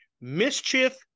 mischief